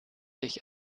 sich